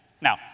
Now